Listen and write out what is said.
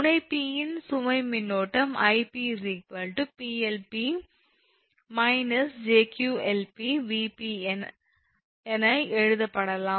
முனை 𝑝 இன் சுமை மின்னோட்டம் 𝑖𝑝 𝑃𝐿𝑝 − 𝑗𝑄𝐿𝑝𝑉𝑝 as என எழுதப்படலாம்